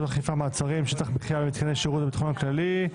אכיפה מעצרים) (שטח מחיה במיתקני שירות הביטחון הכללי)